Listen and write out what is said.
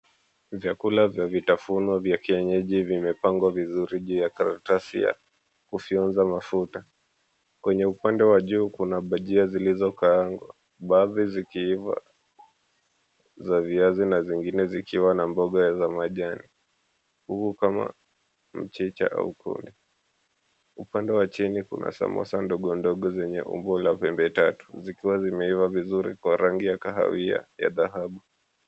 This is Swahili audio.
Vyakula vya vitafunwa vya kienyeji vimepangwa vizuri juu ya karatasi ya kufyonza mafuta. Kwenye upande wa juu kuna bajia zilizokaangwa, baadhi zikiiva za viazi na zingine zikiwa na mboga za majani, huku kama mchicha au kunde. Upande wa chini kuna samosa ndogo ndogo zenye umbo la pembe tatu, zikiwa zimeiva vizuri kwa rangi ya kahawia ya dhahabu.